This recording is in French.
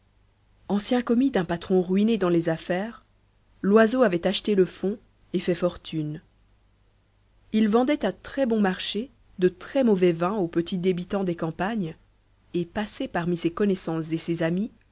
ancien commis d'un patron ruiné dans les affaires loiseau avait acheté le fonds et fait fortune il vendait à très bon marché de très mauvais vin aux petits débitants des campagnes et passait parmi ses connaissances et ses amis